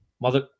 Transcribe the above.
Mother